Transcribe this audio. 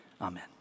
Amen